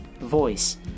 voice